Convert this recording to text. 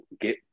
get